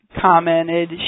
commented